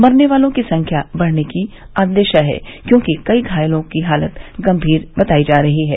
मरने वालों की संख्या बढ़ने का अंदेशा है क्योंकि कई घायलों की हालत गंगीर बताई जा रही है